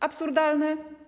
Absurdalne?